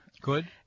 Good